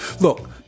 look